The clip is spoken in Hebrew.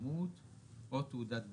תאימות או תעודת בדיקה,